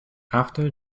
after